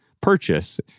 purchase